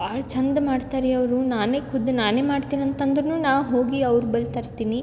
ಭಾಳ ಚಂದ ಮಾಡ್ತಾರ್ರಿ ಅವರು ನಾನೇ ಖುದ್ದು ನಾನೇ ಮಾಡ್ತೀನಿ ಅಂತ ಅಂದ್ರೂ ನಾವು ಹೋಗಿ ಅವ್ರ ಬಲ್ಲಿ ತರ್ತೀನಿ